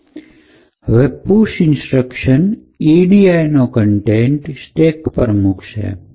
હવે push instruction edi નો content stack પર મુકશે